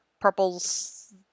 purples